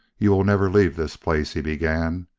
you will never leave this place he began.